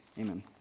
amen